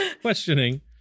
questioning